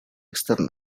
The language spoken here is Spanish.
externa